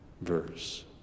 verse